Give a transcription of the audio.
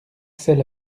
celle